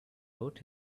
wrote